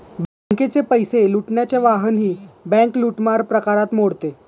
बँकेचे पैसे लुटण्याचे वाहनही बँक लूटमार प्रकारात मोडते